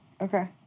Okay